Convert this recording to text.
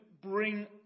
bring